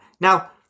Now